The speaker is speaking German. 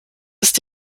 ist